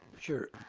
sure.